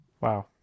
Wow